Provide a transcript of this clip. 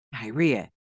diarrhea